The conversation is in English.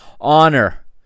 honor